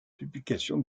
publication